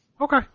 Okay